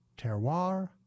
Terroir